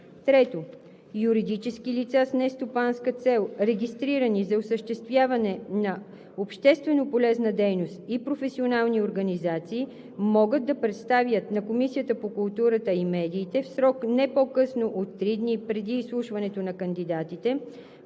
3. Юридически лица с нестопанска цел, регистрирани за осъществяване на общественополезна дейност и професионални организации могат да представят на Комисията по културата и медиите, в срок не по-късно от три дни преди изслушването на кандидатите,